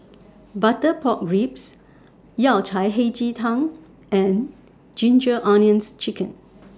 Butter Pork Ribs Yao Cai Hei Ji Tang and Ginger Onions Chicken